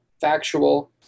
factual